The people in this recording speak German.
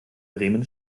bremen